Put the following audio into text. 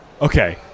Okay